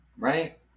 Right